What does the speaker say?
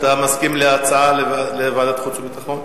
אתה מסכים להצעה להעביר לוועדת החוץ והביטחון?